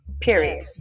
period